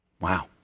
Wow